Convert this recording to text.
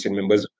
members